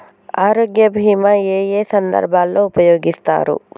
ఆరోగ్య బీమా ఏ ఏ సందర్భంలో ఉపయోగిస్తారు?